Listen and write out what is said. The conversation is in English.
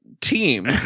team